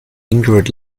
ingrid